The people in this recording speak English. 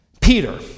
Peter